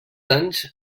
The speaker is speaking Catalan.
anys